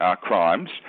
crimes